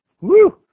Woo